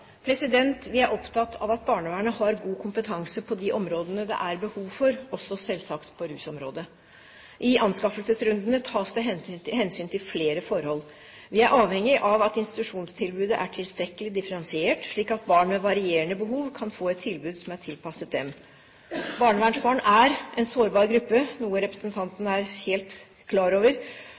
Vi er opptatt av at barnevernet har god kompetanse på de områdene det er behov for, selvsagt også på rusområdet. I anskaffelsesrundene tas det hensyn til flere forhold. Vi er avhengige av at institusjonstilbudet er tilstrekkelig differensiert, slik at barn med varierende behov kan få et tilbud som er tilpasset dem. Barnevernsbarn er en sårbar gruppe, noe representanten er helt klar over,